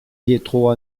pietro